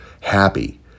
happy